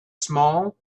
small